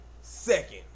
second